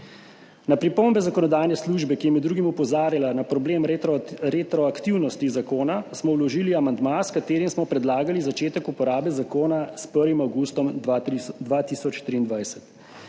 Na pripombe zakonodajne službe, ki je med drugim opozarjala na problem retro…, retroaktivnosti zakona, smo vložili amandma, s katerim smo predlagali začetek uporabe zakona s 1. avgustom 2023.